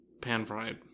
pan-fried